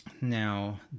Now